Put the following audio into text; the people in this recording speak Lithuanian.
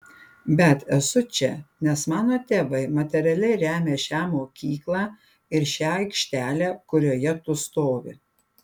bet esu čia nes mano tėvai materialiai remia šią mokyklą ir šią aikštelę kurioje tu stovi